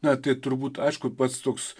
na tai turbūt aišku pats toks